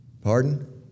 Pardon